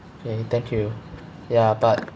okay thank you ya but